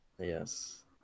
Yes